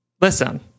listen